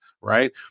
right